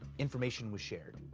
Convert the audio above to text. information was shared.